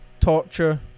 Torture